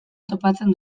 topatzen